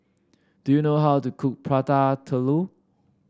do you know how to cook Prata Telur